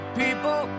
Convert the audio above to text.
people